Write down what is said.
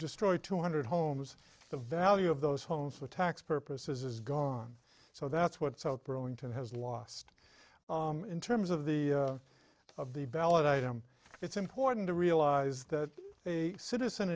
destroyed two hundred homes the value of those homes for tax purposes is gone so that's what south burlington has lost in terms of the of the ballot item it's important to realize that a citizen